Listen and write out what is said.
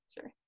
Sure